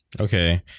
Okay